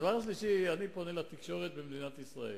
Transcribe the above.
דבר שלישי, אני פונה לתקשורת במדינת ישראל.